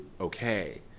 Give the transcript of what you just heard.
okay